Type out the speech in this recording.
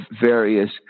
various